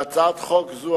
להצעת חוק זו,